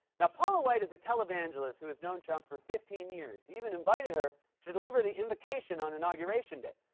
now, paula white is a televangelist who has known trump for fifteen years. he even invited her to deliver the invocation on inauguration day.